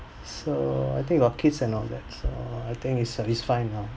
so I think he got kids and all that I think he's he's fine now